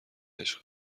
عشق